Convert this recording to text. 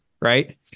right